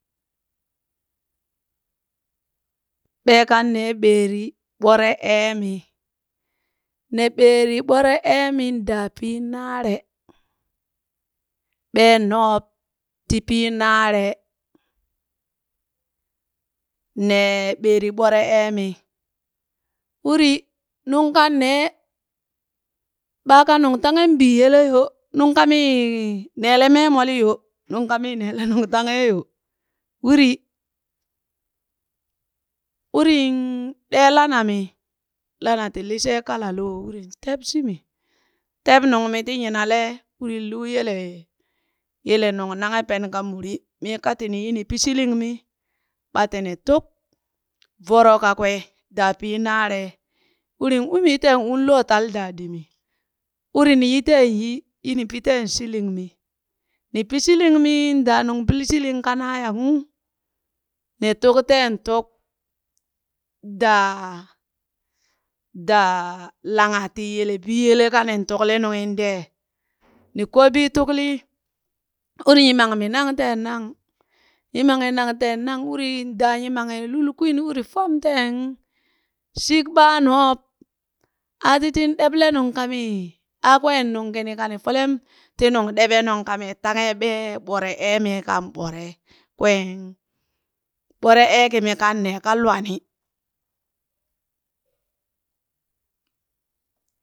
Ɓee kan nee ɓeeri ɓore eemi, ne ɓeeri ɓore eemin daa pii naare, ɓee noob ti pii naare ne ɓeeri ɓore eemi, uri nungkan nee, ɓaaka nungtahen biiyele yoo. nungkamii neele meemoliiyo, nungkamii neele nungtanhee yo. Uri, urin ɗee lanami lana ti leshee kalaloo, urin teb shimi, teb nungmi ti nyinalee, wurin luu yelee, yele nungnanghe pen ka muri mii ka tini yi ni pi shilingmi, ɓa tini tuk voro kakwee daa pii naaree, wurin umii teen u lootal daadimi wuri ni yi teen yi, yini pi teen shilingmi. ni pi shilingmin daa nung pili shiling kan naa ya kung, ni tuk teen tuk daa daa langha ti yele biyele ka nin tukli nunghin dee, ni kobii tuklii, uri nyimanmi nang teen nang, nyimanghi nang teen nang urin daa nyimanghi lul kwin uri fom teen shik ɓaa noob aa titin ɗeble nung kamii aa kween nung kini kani folem ti nung ɗeɓe nung ka mii tanghe ɓee ɓore ee mii kan ɓoree kween ɓore ee kimi kan nee ka lwani.